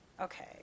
Okay